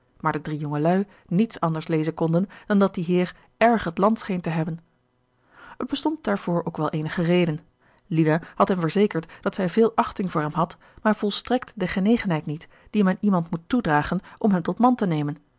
maar de drie jongelui niets anders lezen konden dan dat die heer erg het land scheen te hebben er bestond daarvoor ook wel eenige reden lina had hem verzekerd dat zij veel achting voor hem had maar volstrekt de genegenheid niet die men iemand moet toedragen om hem tot man te nemen